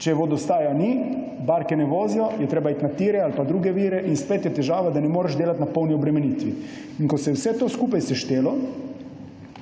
Če vodostaja ni, barke ne vozijo, je treba iti na tire ali pa poiskati druge vire. Pa je spet težava, da ne moreš delati na polni obremenitvi. Ko se je vse to skupaj seštelo